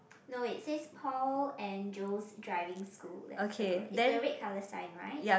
no it says Paul and Jo's driving school let's circle it it's a red colour sign right